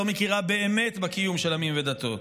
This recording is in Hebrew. לא מכירה באמת בקיום של עמים ודתות.